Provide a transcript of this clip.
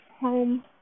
home